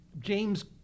James